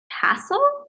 castle